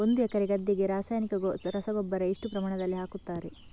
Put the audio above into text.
ಒಂದು ಎಕರೆ ಗದ್ದೆಗೆ ರಾಸಾಯನಿಕ ರಸಗೊಬ್ಬರ ಎಷ್ಟು ಪ್ರಮಾಣದಲ್ಲಿ ಹಾಕುತ್ತಾರೆ?